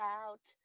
out